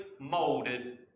molded